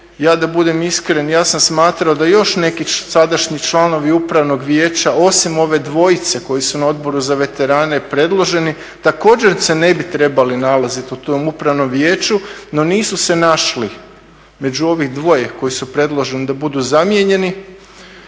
Ja da budem iskren ja sam smatrao da još neki sadašnji članovi upravnog vijeća osim ove dvojice koji su na Odboru za veterane predloženi također se ne bi trebali nalaziti u tom upravnom vijeću, no nisu se našli među ovih dvoje koji su predloženi da budu zamijenjeni.